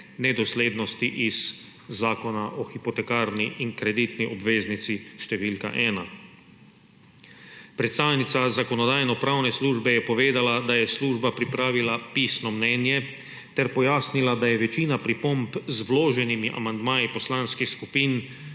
nedoslednosti iz Zakona o hipotekarni in kreditni obveznici številka 1. Predstavnica Zakonodajno-pravne službe je povedala, da je služba pripravila pisno mnenje, ter pojasnila, da je večina pripomb z vloženimi amandmaji poslanskih skupin